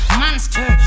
monster